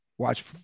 watch